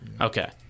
Okay